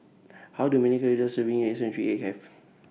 How Do Many Calories Does A Serving of Century Egg Have